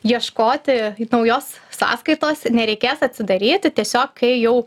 ieškoti naujos sąskaitos nereikės atsidaryti tiesiog kai jau